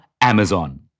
Amazon